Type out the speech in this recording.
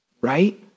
right